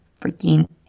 freaking